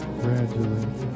gradually